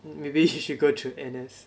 maybe you should go through N_S